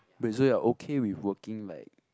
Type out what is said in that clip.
but so you are okay with working like